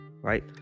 right